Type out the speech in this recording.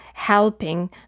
helping